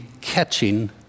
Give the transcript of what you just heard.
catching